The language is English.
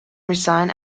resign